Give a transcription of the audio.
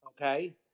Okay